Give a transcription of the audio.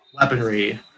weaponry